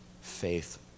faith